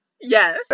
Yes